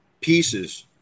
pieces